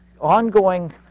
ongoing